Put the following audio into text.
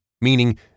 Meaning